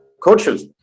coaches